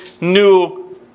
new